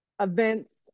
events